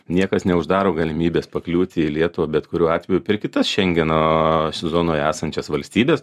niekas neuždaro galimybės pakliūti į lietuvą bet kuriuo atveju per kitas šengeno zonoje esančias valstybes